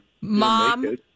Mom